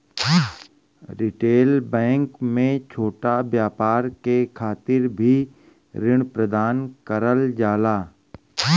retail bank में छोटा व्यापार के खातिर भी ऋण प्रदान करल जाला